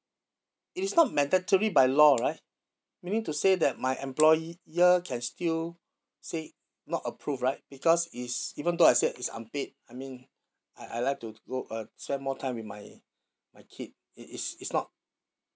it is not mandatory by law right meaning to say that my employer can still say not approve right because it's even though I said it's unpaid I mean I I like to go uh spend more time with my my kid it it's it's not